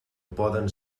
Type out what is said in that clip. poden